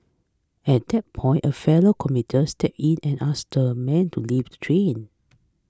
at that point a fellow commuter steps in and asks the man to leave the train